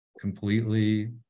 completely